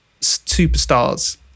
superstars